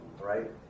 right